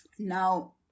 now